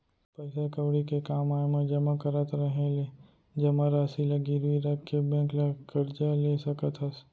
पइसा कउड़ी के काम आय म जमा करत रहें ले जमा रासि ल गिरवी रख के बेंक ले करजा ले सकत हस